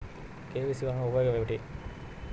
KYC వలన ఉపయోగం ఏమిటీ?